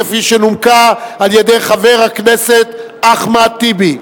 כפי שנומקה על-ידי חבר הכנסת אחמד טיבי.